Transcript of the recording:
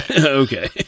Okay